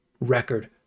record